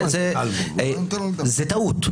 זה טעות.